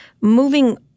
Moving